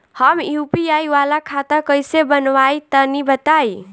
हम यू.पी.आई वाला खाता कइसे बनवाई तनि बताई?